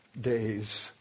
days